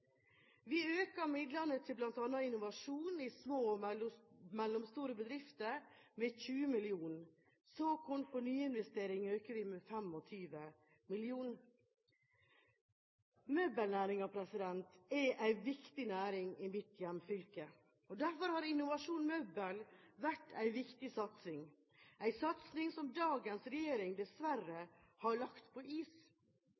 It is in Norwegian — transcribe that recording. Vi øker midlene til bl.a. innovasjon i små og mellomstore bedrifter med 20 mill. kr. Såkornfond til kapital for nyinvesteringer øker vi med 25 mill. kr. Møbelnæringen er en viktig næring i mitt hjemfylke. Derfor har Innovasjon Møbel vært en viktig satsing, en satsing som dagens regjering